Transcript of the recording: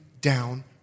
down